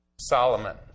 Solomon